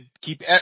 keep